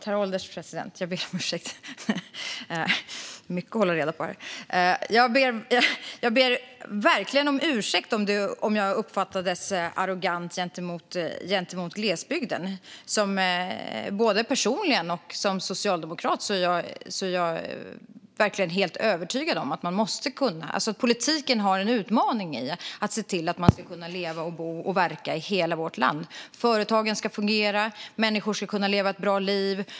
Herr ålderspresident! Jag ber verkligen om ursäkt om jag uppfattades som arrogant gentemot glesbygden. Både personligen och som socialdemokrat är jag helt övertygad om att politiken har en utmaning i att se till att man ska kunna leva, bo och verka i hela vårt land. Företagen ska fungera. Människor ska kunna leva ett bra liv.